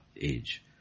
age